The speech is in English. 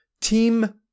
Team